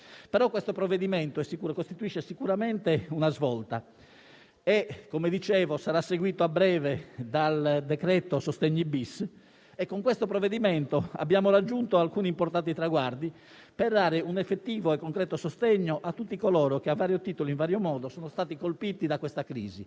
testo in discussione costituisce sicuramente una svolta e, come dicevo, sarà seguito a breve da un secondo decreto sostegni. Con esso abbiamo raggiunto alcuni importanti traguardi per dare un effettivo e concreto sostegno a tutti coloro che, a vario titolo e in vario modo, sono stati colpiti da questa crisi,